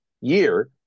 year